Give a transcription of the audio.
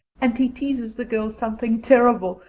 and he teases the girls something terrible.